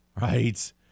right